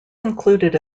included